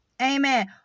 Amen